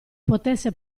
potesse